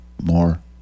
more